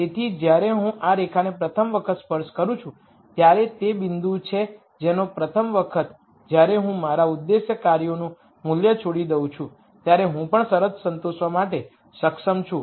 તેથી જ્યારે હું આ રેખાને પ્રથમ વખત સ્પર્શું છું ત્યારે તે બિંદુ છે જેનો પ્રથમ વખત જ્યારે હું મારા ઉદ્દેશ્ય કાર્યોનું મૂલ્ય છોડી દઉં છું ત્યારે હું પણ શરત સંતોષવા માટે સક્ષમ છું